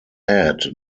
head